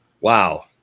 Wow